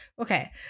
Okay